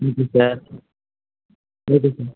okay sir okay sir